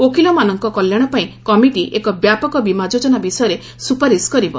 ଓକିଲମାନଙ୍କ କଲ୍ୟାଶପାଇଁ କମିଟି ଏକ ବ୍ୟାପକ ବୀମା ଯୋଜନା ବିଷୟରେ ସୁପାରିସ୍ କରିବ